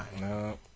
No